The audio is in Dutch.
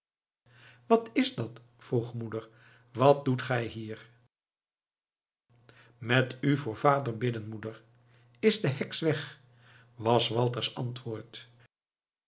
wat is dat vroeg moeder wat doet gij hier met u voor vader bidden moeder is de heks weg was walters antwoord